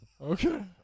Okay